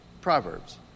Proverbs